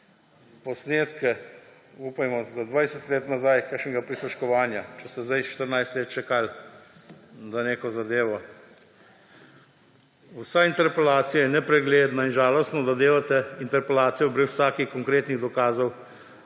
posnetke za 20 let nazaj kakšnega prisluškovanja, če ste zdaj 14 let čakali za neko zadevo. Vsa interpelacija je nepregledna in žalostno, da devate interpelacijo brez vsakih konkretnih dokazov.